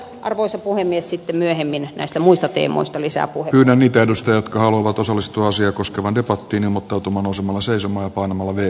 mutta arvoisa puhemies puhun sitten myöhemmin näistä muista teemoista lisää pyytänyt edusta jotka haluavat osallistua asiaa koskeva debattiin mutta tumman osumalla seisomaan panama oli